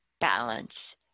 balance